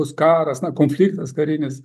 bus karas na konfliktas karinis